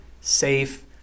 safe